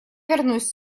вернусь